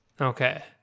Okay